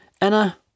Anna